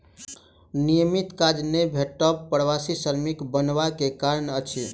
नियमित काज नै भेटब प्रवासी श्रमिक बनबा के कारण अछि